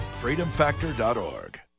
freedomfactor.org